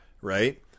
Right